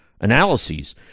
analyses